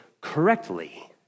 correctly